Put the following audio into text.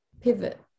pivot